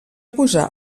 posà